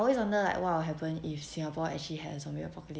I always wonder like what will happen if singapore actually has a som~ real apocalypse